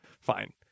Fine